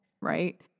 right